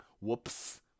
Whoops